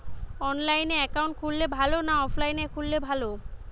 অনলাইনে একাউন্ট খুললে ভালো না অফলাইনে খুললে ভালো?